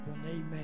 Amen